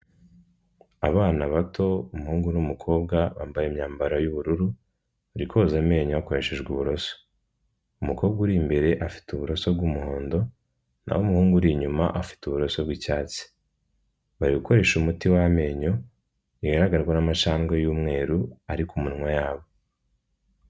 Abana bato, umuhungu n'umukobwa bambaye imyambaro y'ubururu, bari koza amenyo hakoreshejwe uburoso. Umukobwa uri imbere afite uburoso bw'umuhondo, naho umuhungu uri inyuma afite uburoso bw'icyatsi. Bari gukoresha umuti w'amenyo bigaragazwa n'amacandwe y'umweru ari ku minwa yabo.